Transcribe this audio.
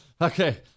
Okay